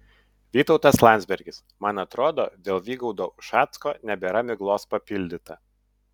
vytautas landsbergis man atrodo dėl vygaudo ušacko nebėra miglos papildyta